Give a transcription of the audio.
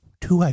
two